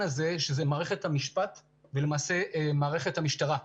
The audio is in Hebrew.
הזה שזאת מערכת המשפט ולמעשה מערכת המשטרה.